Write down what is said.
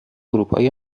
اروپایی